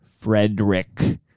Frederick